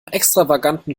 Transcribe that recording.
extravaganten